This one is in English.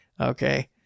okay